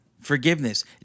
forgiveness